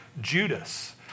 Judas